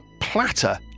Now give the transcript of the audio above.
platter